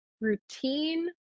routine